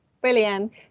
Brilliant